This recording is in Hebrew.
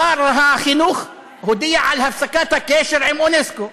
שר החינוך הודיע על הפסקת הקשר עם אונסק"ו.